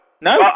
No